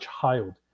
child